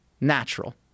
natural